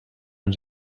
ens